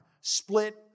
split